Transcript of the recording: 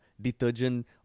Detergent